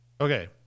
okay